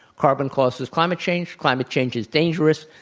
carbon causes climate change, climate change is dangerous,